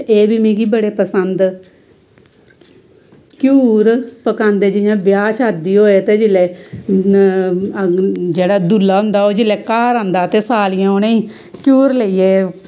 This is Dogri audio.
ते एह् बी मिगी बड़े पसंद घ्यूर पकांदे जियां ब्याह् शादी होऐ ते जेल्ले जेह्ड़ा दूल्हा होंदा जेल्लै ओह् घर आंदा तो सालियां उनेंई घ्यूर लेइयै